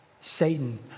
Satan